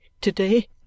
to-day